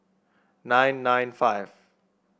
nine nine five